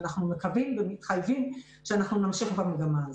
אנחנו מקווים ומתחייבים שאנחנו נמשיך במגמה הזאת.